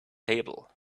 table